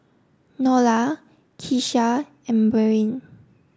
Nola Kesha and Beryl